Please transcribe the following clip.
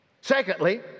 Secondly